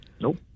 Nope